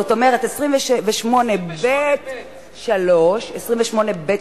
זאת אומרת, 28(ב) 28(ב).